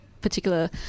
particular